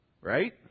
Right